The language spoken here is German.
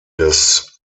des